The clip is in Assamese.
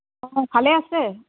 অঁ ভালে আছে